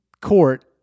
court